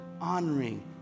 honoring